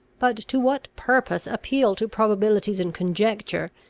but to what purpose appeal to probabilities and conjecture,